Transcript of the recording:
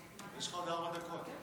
חברת הכנסת קארין אלהרר,